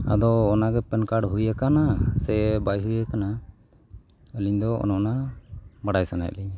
ᱟᱫᱚ ᱚᱱᱟᱜᱮ PAN card ᱦᱩᱭ ᱟᱠᱟᱱᱟ ᱥᱮ ᱵᱟᱭ ᱦᱩᱭ ᱟᱠᱟᱱᱟ ᱟᱹᱞᱤᱧ ᱫᱚ ᱚᱱ ᱚᱱᱟ ᱵᱟᱰᱟᱭ ᱥᱟᱱᱟᱭᱮᱫ ᱞᱤᱧᱟ